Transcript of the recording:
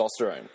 testosterone